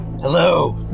Hello